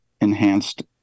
enhanced